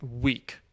week